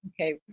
Okay